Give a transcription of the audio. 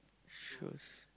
sure